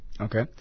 Okay